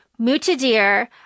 Mutadir